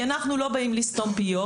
כי אנחנו לא באים לסתום פיות,